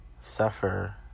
suffer